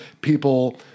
people